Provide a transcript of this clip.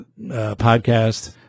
podcast